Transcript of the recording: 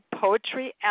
poetry